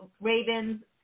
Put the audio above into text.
Ravens